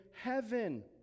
heaven